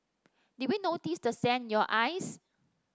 did we notice the sand in your eyes